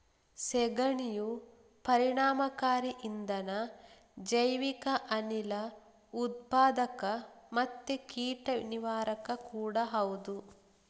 ಸೆಗಣಿಯು ಪರಿಣಾಮಕಾರಿ ಇಂಧನ, ಜೈವಿಕ ಅನಿಲ ಉತ್ಪಾದಕ ಮತ್ತೆ ಕೀಟ ನಿವಾರಕ ಕೂಡಾ ಹೌದು